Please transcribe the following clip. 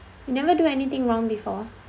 you never do anything wrong before